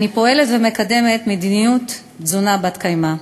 אני פועלת ומקדמת מדיניות תזונה בת-קיימא,